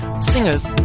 singers